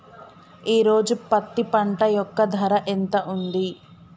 ఈ రోజు పత్తి పంట యొక్క ధర ఎంత ఉంది?